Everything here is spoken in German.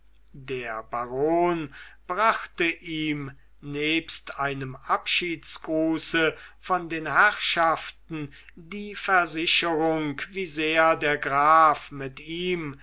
der baron brachte ihm nebst einem abschiedsgruße von den herrschaften die versicherung wie sehr der graf mit ihm